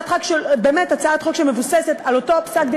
באמת הצעת חוק שמבוססת על אותו פסק-דין